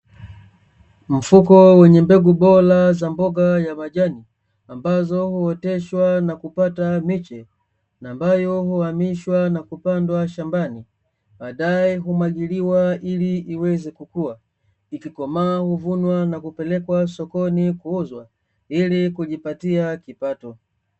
Mfuko wenye mbegu bora za mboga ya majani, ambazo huoteshwa na kupata miche na ambayo huamishwa na kupandwa shambani baadaye humwagiliwa ili iweze kukua ikikomaa huvunwa na kupelekwa sokoni kuuzwa ili kujipatia kipato.